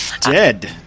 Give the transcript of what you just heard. dead